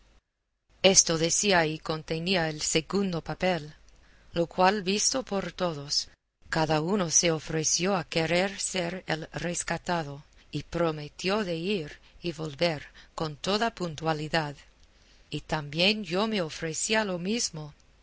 esto decía y contenía el segundo papel lo cual visto por todos cada uno se ofreció a querer ser el rescatado y prometió de ir y volver con toda puntualidad y también yo me ofrecí a lo mismo